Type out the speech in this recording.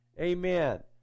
Amen